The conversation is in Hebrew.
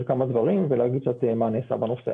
כמה דברים ולהגיד קצת מה נעשה בנושא.